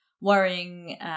worrying